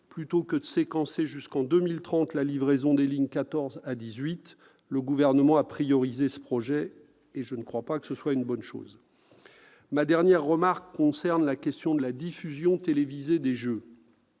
Plutôt que de séquencer jusqu'en 2030 la livraison des lignes 14 à 18, le Gouvernement a rendu prioritaire ce chantier, et je ne crois pas que cela soit une bonne chose. Ma seconde remarque concerne la question de la diffusion télévisée des JO.